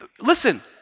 Listen